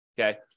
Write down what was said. okay